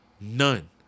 None